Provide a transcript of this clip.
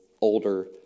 older